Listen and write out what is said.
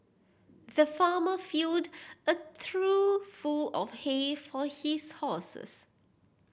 the farmer filled a trough full of hay for his horses